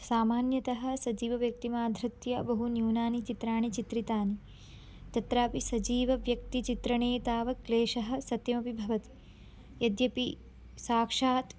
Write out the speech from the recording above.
सामान्यतः सजीवव्यक्तिमाधृत्य बहु न्यूनानि चित्राणि चित्रितानि तत्रापि सजीवव्यक्तिचित्रणे तावत् क्लेशः सत्यमपि भवति यद्यपि साक्षात्